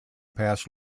past